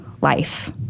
life